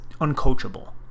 uncoachable